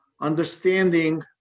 understanding